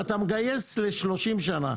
ואתה מגייס ל-30 שנה.